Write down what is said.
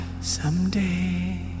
Someday